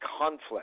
conflict